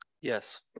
yes